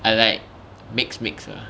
I like mix mix ah